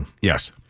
Yes